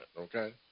okay